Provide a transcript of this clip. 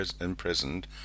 imprisoned